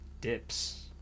dips